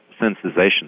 sensitization